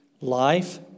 life